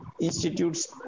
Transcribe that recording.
institutes